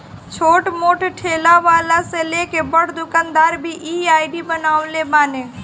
छोट मोट ठेला वाला से लेके बड़ दुकानदार भी इ आई.डी बनवले बाने